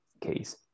case